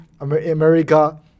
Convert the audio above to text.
America